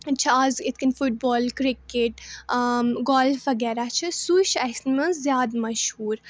چھِ اَز یِتھٕ کٔنۍ فُٹ بال کِرکٹ گولف وغیرہ چھُ سُے چھُ اَسہِ منٛز زیادٕ مشہوٗر